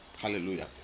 hallelujah